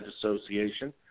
Association